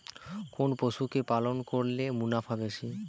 কোন পশু কে পালন করলে মুনাফা বেশি?